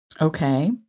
Okay